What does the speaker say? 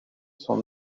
son